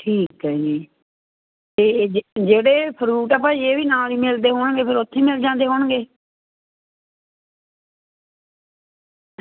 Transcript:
ਠੀਕ ਹੈ ਜੀ ਅਤੇ ਜਿ ਜਿਹੜੇ ਫਰੂਟ ਆ ਭਾਅ ਜੀ ਇਹ ਵੀ ਨਾਲ ਹੀ ਮਿਲਦੇ ਹੋਣਗੇ ਫਿਰ ਉੱਥੇ ਹੀ ਮਿਲ ਜਾਂਦੇ ਹੋਣਗੇ